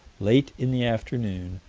late in the afternoon,